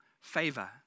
favor